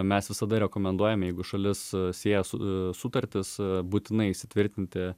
mes visada rekomenduojame jeigu šalis sieja su a sutartis būtinai įsitvirtinti